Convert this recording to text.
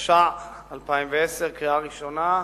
התש"ע 2010, לקריאה ראשונה.